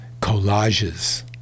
collages